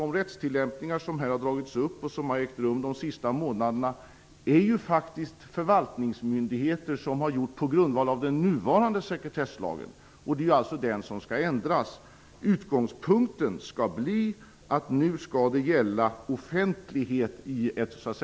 De rättstillämpningar som här har tagits upp och som har inträffat under de senaste månaderna avser förvaltningsmyndigheters tillämpning på grundval av den nuvarande sekretesslagen, som skall ändras. Utgångspunkten skall bli att offentlighet nu skall gälla i ett normalfall.